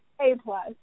A-plus